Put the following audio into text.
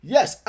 Yes